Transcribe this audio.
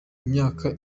imyaka